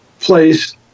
place